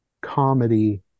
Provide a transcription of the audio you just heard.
comedy